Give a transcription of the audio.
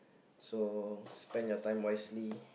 so spend your time wisely